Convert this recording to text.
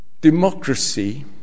democracy